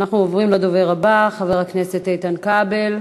אנחנו עוברים לדובר הבא, חבר הכנסת איתן כבל.